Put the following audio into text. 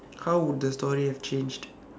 how would the story have changed